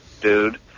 dude